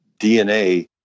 DNA